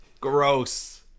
Gross